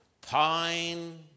pine